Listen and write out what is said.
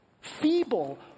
feeble